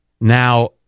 Now